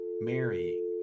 marrying